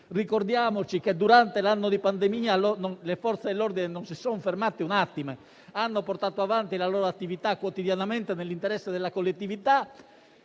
Ricordiamoci che durante l'anno di pandemia le Forze dell'ordine non si sono fermate un attimo; hanno portato avanti la loro attività quotidianamente nell'interesse della collettività,